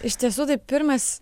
iš tiesų tai pirmas